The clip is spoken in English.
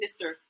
Mr